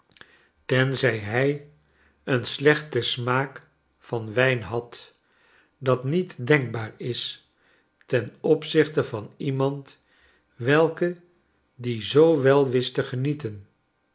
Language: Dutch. tenzij hi een slechten smaak van wijn had dat niet denkbaar is ten opzichte van iemand welke dien zoo wel wist te genieten